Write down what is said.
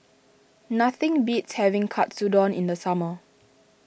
nothing beats having Katsudon in the summer